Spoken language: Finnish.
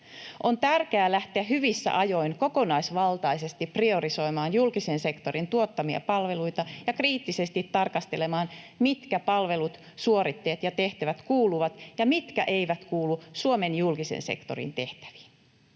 ”On tärkeää lähteä hyvissä ajoin kokonaisvaltaisesti priorisoimaan julkisen sektorin tuottamia palveluita ja kriittisesti tarkastelemaan, mitkä palvelut, suoritteet ja tehtävät kuuluvat ja mitkä eivät kuulu Suomen julkisen sektorin tehtäviin.”